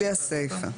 בלי הסיפה.